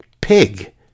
pig